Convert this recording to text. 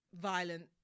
violent